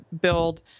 build